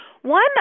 One